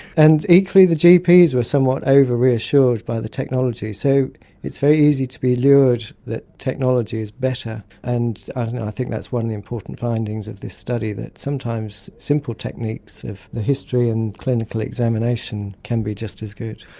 and equally the gps were somewhat over-reassured by the technology so it's very easy to be lured that technology is better and and i think that's one of the important findings of this study that sometimes simple techniques of the history and clinical examination can be just as good.